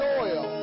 oil